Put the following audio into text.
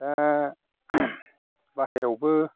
दा बाहेरायावबो